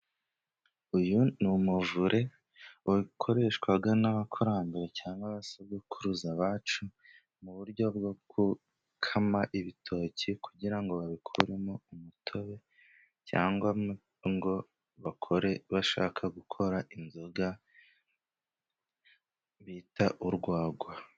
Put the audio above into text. Uyu ni umuvure wakoreshwaga n'abakurambere cyangwa abasogokuruza bacu mu buryo bwo gukama ibitoki kugira ngo babikuremo umutobe cyangwa ngo bakore bashaka gukora inzoga bita urwagwa.